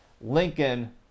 Lincoln